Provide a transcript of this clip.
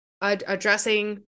addressing